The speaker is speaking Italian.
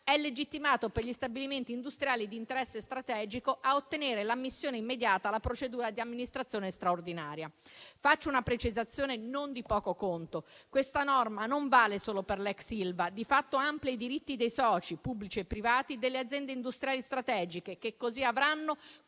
legittimato per gli stabilimenti industriali di interesse strategico ad ottenere l'ammissione immediata alla procedura di amministrazione straordinaria. Faccio una precisazione non di poco conto. Questa norma non vale solo per l'ex Ilva. Di fatto amplia i diritti dei soci pubblici e privati delle aziende industriali strategiche che così avranno